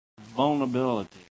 vulnerability